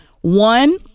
One